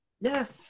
Yes